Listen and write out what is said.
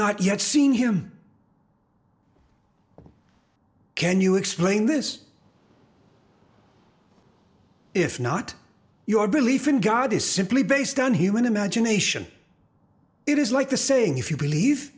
not yet seen him can you explain this if not your belief in god is simply based on human imagination it is like the saying if you believe